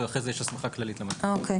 ואחרי זה יש הסמכה כללית למנכ"ל.